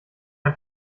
ein